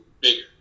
bigger